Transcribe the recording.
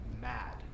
mad